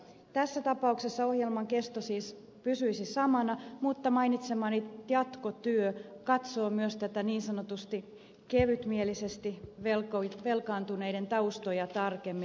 tässä tapauksessa ohjelman kesto siis pysyisi samana mutta mainitsemani jatkotyö katsoo myös niin sanotusti kevytmielisesti velkaantuneiden taustoja tarkemmin